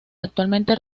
actualmente